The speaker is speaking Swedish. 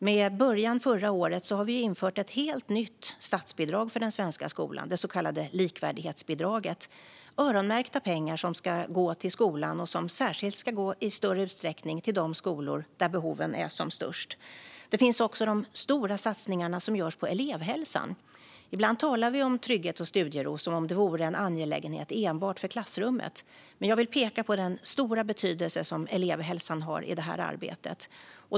Med början förra året införde vi ett helt nytt statsbidrag för den svenska skolan, det så kallade likvärdighetsbidraget. Det är öronmärkta pengar som ska gå till skolan och i större utsträckning särskilt till de skolor där behoven är som störst. Det görs även stora satsningar på elevhälsan. Ibland talar vi om trygghet och studiero som om det vore en angelägenhet enbart för klassrummet. Jag vill dock peka på den stora betydelse som elevhälsan har i detta arbete.